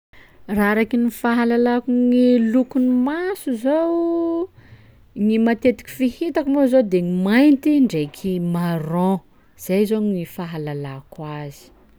Raha araky ny fahalalako gny lokon'ny maso zao, gny matetiky fihitako moa zao de mainty ndraiky marron, zay zao gny fahalalako azy.